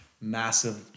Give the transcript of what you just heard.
massive